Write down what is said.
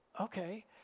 okay